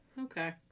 Okay